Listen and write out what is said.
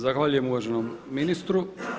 Zahvaljujem uvaženom ministru.